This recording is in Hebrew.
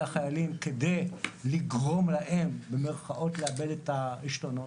החיילים כדי לגרום להם במירכאות לאבד את העשתונות.